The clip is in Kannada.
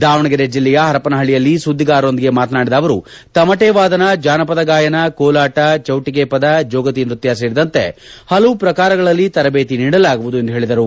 ದಾವಣಗೆರೆ ಜಿಲ್ಲೆಯ ಪರಪನಹಳ್ಳಿಯಲ್ಲಿ ಸುದ್ದಿಗಾರರೊಂದಿಗೆ ಮಾತನಾಡಿದ ಅವರು ತಮಟೆ ವಾದನ ಜಾನಪದ ಗಾಯನ ಕೋಲಾಟ ಚೌಟಿಗೆ ಪದ ಜೋಗತಿ ನೃತ್ಯ ಸೇರಿದಂತೆ ಪಲವು ಪ್ರಕಾರಗಳಲ್ಲಿ ತರಬೇತಿ ನೀಡಲಾಗುವುದು ಎಂದು ಹೇಳಿದರು